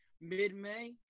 mid-May